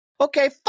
okay